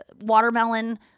watermelon